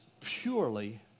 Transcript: purely